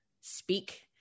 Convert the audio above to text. speak